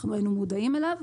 אנחנו היינו מודעים אליו,